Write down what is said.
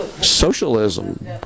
Socialism